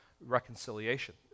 reconciliation